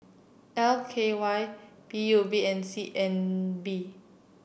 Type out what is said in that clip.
L K Y P U B and C N B